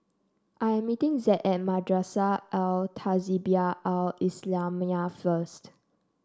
I'm meeting Zed at Madrasah Al Tahzibiah Al Islamiah first